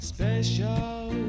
Special